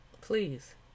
Please